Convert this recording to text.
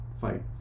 fight